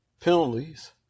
Penalties